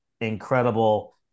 incredible